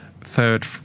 third